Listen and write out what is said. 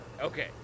Okay